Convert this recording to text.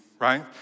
Right